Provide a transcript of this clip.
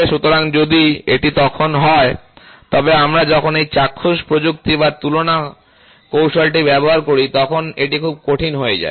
সুতরাং যদি এটি তখন হয় তবে আমরা যখন এই চাক্ষুষ প্রযুক্তি বা তুলনা কৌশলটি ব্যবহার করি তখন এটি খুব কঠিন হয়ে যায়